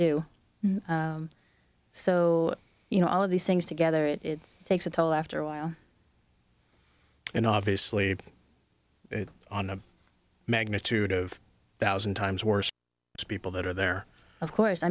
do so you know all of these things together it's takes a toll after a while and obviously on a magnitude of thousand times worse people that are there of course i